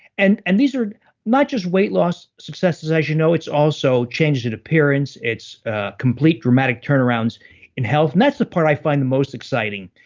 and and these are not just weight-loss successes as you know, it's also changes in appearance, it's complete dramatic turnarounds in health, and that's the part i find most exciting.